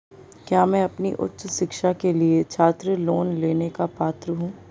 क्या मैं अपनी उच्च शिक्षा के लिए छात्र लोन लेने का पात्र हूँ?